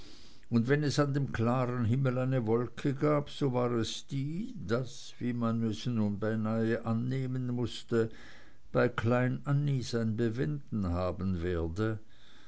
und wenn es an dem klaren himmel eine wolke gab so war es die daß es wie man nun beinahe annehmen mußte bei klein annie sein bewenden haben werde